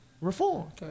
reform